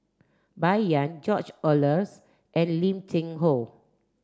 Bai Yan George Oehlers and Lim Cheng Hoe